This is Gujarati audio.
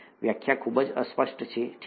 વ્યાખ્યા ખૂબ જ અસ્પષ્ટ છે ઠીક છે